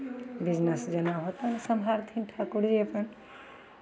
business जेना होतै सम्हारथिन तऽ ओकरे अपन